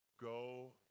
Go